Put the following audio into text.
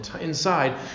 inside